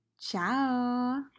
Ciao